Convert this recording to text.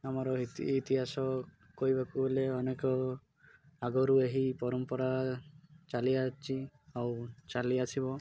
ଆମର ଇତିହାସ କହିବାକୁ ହେଲେ ଅନେକ ଆଗରୁ ଏହି ପରମ୍ପରା ଚାଲିଅଛି ଆଉ ଚାଲି ଆସିବ